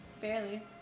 Barely